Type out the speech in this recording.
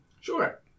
Sure